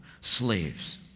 slaves